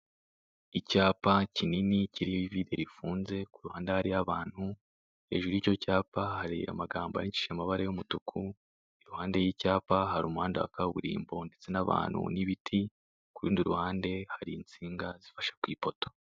Icyapa kinini kiriho ivide rifunze ku ruhande hariho abantu hejuru y'icyo cyapa hari amagambo yandikishije amabara y'umutuku iruhande y'icyapa hari umuhanda wa kaburimbo ndetse n'abantu n'ibiti ku rundi ruhande hari insinga zifashe ku ipoto.